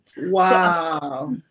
Wow